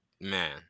Man